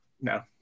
no